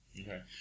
Okay